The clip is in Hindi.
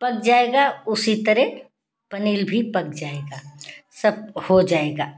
पक जाएगा उसी तरह पनीर भी पक जाएगा सब हो जाएगा